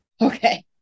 Okay